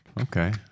Okay